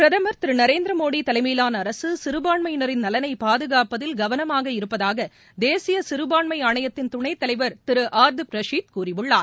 பிரதமர் திரு நரேந்திரமோடி தலைமையிலான அரசு சிறுபான்மையினரின் நலனை பாதுகாப்பதில் கவனமாக இருப்பதாக தேசிய சிறுபான்மை ஆணையத்தின் துணைத்தலைவர் திரு ஆர்த்தீப் ரலீது கூறியுள்ளார்